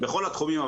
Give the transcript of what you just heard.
בכל התחומים,